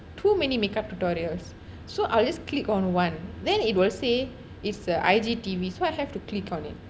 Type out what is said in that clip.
too many makeup tutorials so I'll just click on one then it will say it's the I-G-T-V so I have to click on it